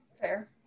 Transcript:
Fair